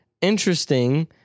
interesting